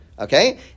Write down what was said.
Okay